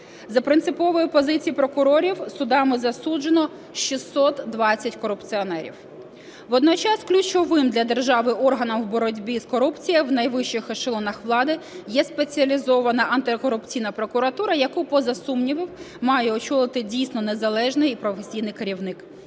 За принциповою позицією прокурорів судами засуджено 620 корупціонерів. Водночас ключовим для держави органом у боротьбі з корупцією у найвищих ешелонах влади є Спеціалізована антикорупційна прокуратура, яку поза сумнівом має очолити дійсно незалежний і професійний керівник.